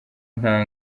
nta